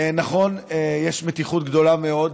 נכון, יש מתיחות גדולה מאוד